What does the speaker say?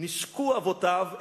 נישקו אבותיו,